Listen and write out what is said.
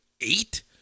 eight